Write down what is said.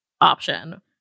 option